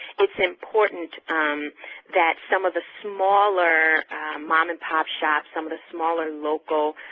it's important that some of the smaller mom and pop shops, some of the smaller local